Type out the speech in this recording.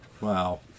Wow